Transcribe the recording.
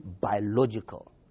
biological